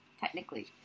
technically